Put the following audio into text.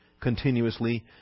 continuously